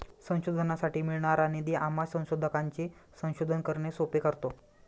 संशोधनासाठी मिळणारा निधी आम्हा संशोधकांचे संशोधन करणे सोपे करतो